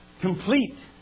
complete